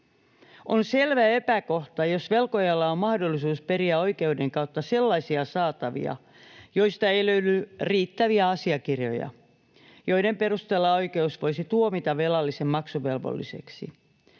On selvä epäkohta, jos velkojalla on mahdollisuus periä oikeuden kautta sellaisia saatavia, joista ei löydy riittäviä asiakirjoja, joiden perusteella oikeus voisi tuomita velallisen maksuvelvolliseksi.